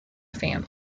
family